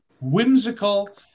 whimsical